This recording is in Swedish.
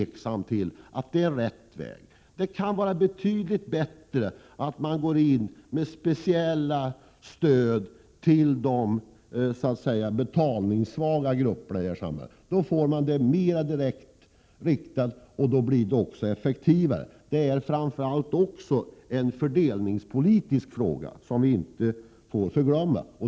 Jag är mycket tveksam till om det är rätt väg. Det kan vara — 13 april 1988 betydligt bättre att gå in med speciella stödåtgärder till de betalningssvaga grupperna i samhället. Då blir stödet mer direkt riktat, och då blir det också effektivare. Framför allt är detta en fördelningspolitisk fråga, vilket vi inte får förglömma.